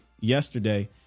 yesterday